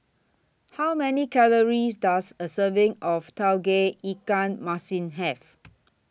How Many Calories Does A Serving of Tauge Ikan Masin Have